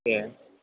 ए